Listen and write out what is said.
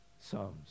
Psalms